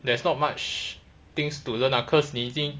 there's not much things to learn ah cause 你已经